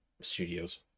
studios